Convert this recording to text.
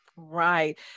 Right